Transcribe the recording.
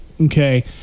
Okay